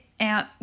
out